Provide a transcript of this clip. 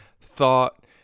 thought